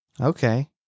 Okay